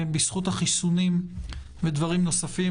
בזכות החיסונים ודברים נוספים,